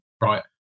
right